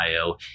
Ohio